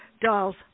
dolls